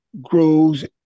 grows